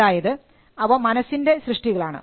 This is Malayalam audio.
അതായത് അവ മനസ്സിൻറെ സൃഷ്ടികളാണ്